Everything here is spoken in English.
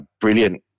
brilliant